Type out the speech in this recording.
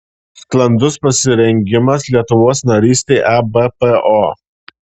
sklandus pasirengimas lietuvos narystei ebpo